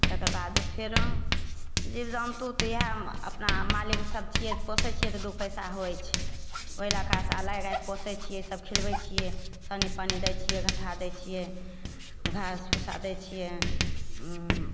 तकरबाद फेरो जीव जन्तु तऽ इएह अपना मालिक सब छिए तऽ पोसै छिए तऽ दुइ पइसा होइ छै ओहि लैके पोसै छिए सब खिलबै छिए सानी पानी दै छिए घट्ठा दै छिए घास भुस्सा दै छिए